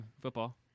football